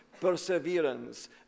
Perseverance